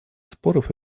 споров